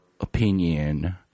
opinion